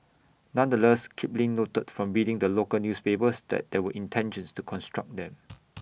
nonetheless Kipling noted from reading the local newspapers that there were intentions to construct them